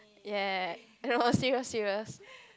ya ya ya no serious serious